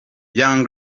young